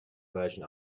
version